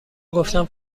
گفتم